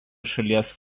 šalies